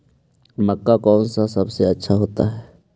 मक्का कौन सा सबसे अच्छा होता है?